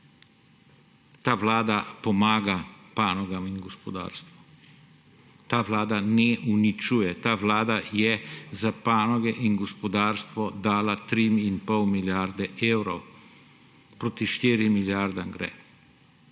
Ta vlada pomaga panogam in gospodarstvu. Ta vlada ne uničuje, ta vlada je za panoge in gospodarstvo dala 3,5 milijarde evrov, proti štirim milijardam gre.